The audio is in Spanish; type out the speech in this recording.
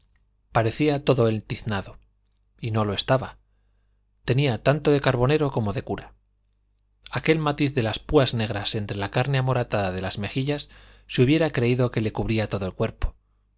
parecía todo él tiznado y no lo estaba tenía tanto de carbonero como de cura aquel matiz de las púas negras entre la carne amoratada de las mejillas se hubiera creído que le cubría todo el cuerpo